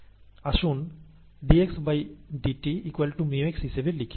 আসুন dxdt μx হিসেবে লিখি